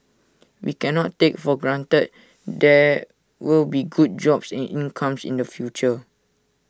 we cannot take for granted there will be good jobs and incomes in the future